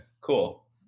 cool